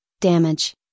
damage